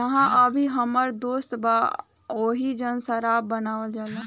जाहा अभी हमर दोस्त बा ओइजा शराब बनावल जाला